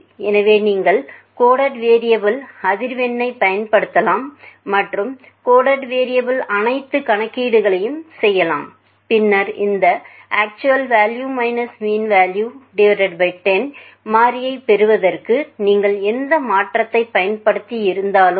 எனவே நீங்கள் கோடடு வேரியபுளில் அதிர்வெண்ணைப் பயன்படுத்தலாம் மற்றும் கோடடு வேரியபுளின் அனைத்து கணக்கீடுகளையும் செய்யலாம் பின்னர் இந்த 10 மாறியைப் பெறுவதற்கு நீங்கள் எந்த மாற்றத்தைப் பயன்படுத்தியிருந்தாலும்